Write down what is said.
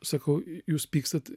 sakau jūs pykstat